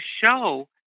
show